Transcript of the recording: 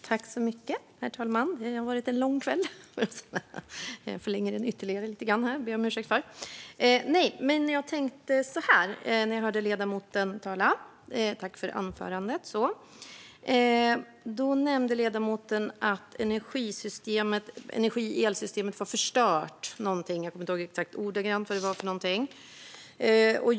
Herr talman! Ledamoten Louise Eklund nämnde i sitt anförande någonting om att energisystemet eller elsystemet var förstört - jag kommer inte ihåg ordagrant vad hon sa.